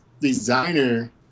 designer